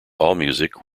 allmusic